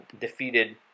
defeated